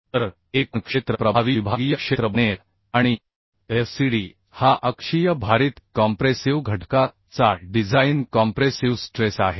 तर एकूण क्षेत्र प्रभावी विभागीय क्षेत्र बनेल आणि FCD हा अक्षीय भारित कॉम्प्रेसिव घटका चा डिझाइन कॉम्प्रेसिव स्ट्रेस आहे